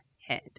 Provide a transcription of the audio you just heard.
head